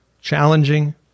challenging